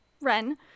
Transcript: Ren